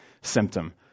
symptom